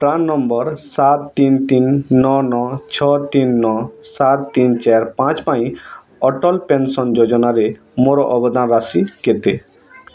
PRAN number ସାତ ତିନି ତିନି ନଅ ନଅ ଛଅ ତିନି ନଅ ସାତ ତିନି ଚାରି ପାଞ୍ଚ ପାଇଁ ଅଟଲ ପେନ୍ସନ୍ ଯୋଜନାରେ ମୋର ଅବଦାନ ରାଶି କେତେ